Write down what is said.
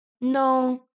no